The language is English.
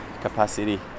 capacity